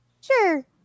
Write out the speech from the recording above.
sure